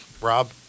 Rob